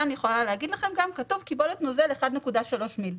אני יכולה להגיד לכם כתוב קיבולת נוזל 1.3 מיליליטר.